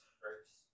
first